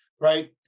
right